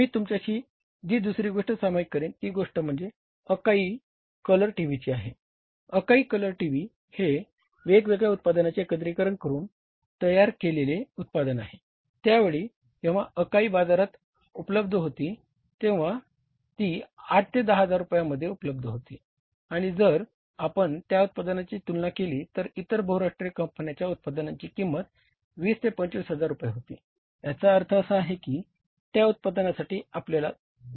मी तुमच्याशी जी दुसरी गोष्ट सामायिक करेन ती गोष्टम्हणजे अकाई कलर टीव्हीची आहे अकाई कलर टीव्ही हे वेगवेगळ्या उत्पादनांचे एकत्रीकरण करून तयार केलेले उत्पादन आहे आणि त्यावेळी जेव्हा अकाई बाजारात उपलब्ध होती तेव्हा ती 8 10000 रुपयांमध्ये उपलब्ध होती आणि जर आपण त्या उत्पादनाची तुलना केली तर इतर बहुराष्ट्रीय कंपन्यांच्या उत्पादनांची किंमती 20 25000 रुपये होती याचा अर्थ असा आहे की त्या उत्पादनासाठी आपल्याला 2